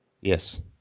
Yes